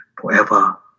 forever